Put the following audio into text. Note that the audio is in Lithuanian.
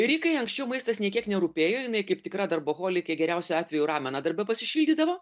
rikai anksčiau maistas nė kiek nerūpėjo jinai kaip tikra darboholikė geriausiu atveju rameną darbe pasišildydavo